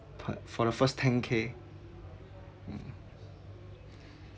per~ for the first ten K mm